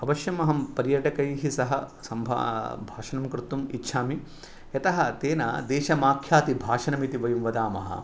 अवश्यम् अहं पर्यटकैः सह सम्भा भाषणं कर्तुं इच्छामि यतः तेन देशमाख्याति भाषणम् इति वयं वदामः